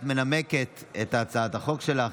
את מנמקת את הצעת החוק שלך,